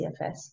cfs